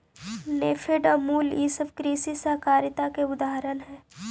नेफेड, अमूल ई सब कृषि सहकारिता के उदाहरण हई